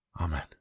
Amen